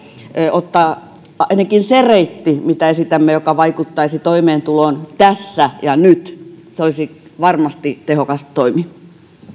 ottaa ainakin se reitti mitä esitämme joka vaikuttaisi toimeentuloon tässä ja nyt se olisi varmasti tehokas toimi